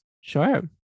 Sure